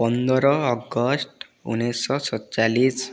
ପନ୍ଦର ଅଗଷ୍ଟ ଉଣେଇଶହ ସତଚାଲିଶ